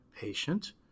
patient